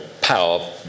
power